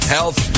Health